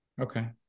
Okay